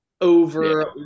over